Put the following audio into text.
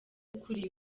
ukuriye